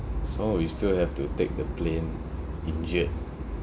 some more we still have to take the plane injured